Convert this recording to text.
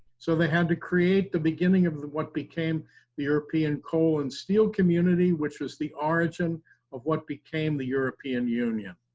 so they had to create the beginning of what became the european coal and steel community, which was the origin of what became the european union.